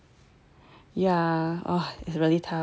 yeah !wah! it's really tough so